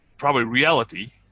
probably reality,